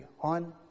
on